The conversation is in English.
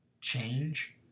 Change